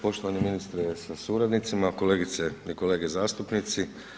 Poštovani ministre sa suradnicima, kolegice i kolege zastupnici.